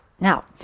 Now